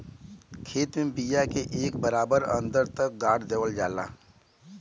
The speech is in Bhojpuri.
खेत में बिया के एक बराबर अन्दर तक गाड़ देवल जाला